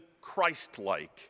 Christ-like